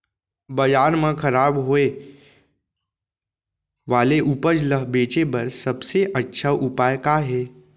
बाजार मा खराब होय वाले उपज ला बेचे बर सबसे अच्छा उपाय का हे?